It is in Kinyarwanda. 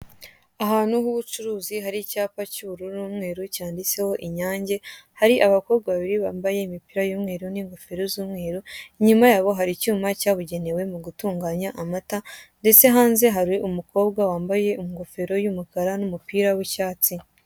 Ahantu h'ubucuruzi hari icyapa cy'ubururu n'umweru cyanditseho inyange, hari abakobwa babiri bambaye imipira y'umweru n'ingofero z'umweru, inyuma yabo hari icyuma cyabugenewe mu gutunganya amata, ndetse hanze hari umukobwa wambaye ingofero y'umukara n'umupira w'icyatsi.